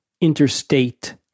interstate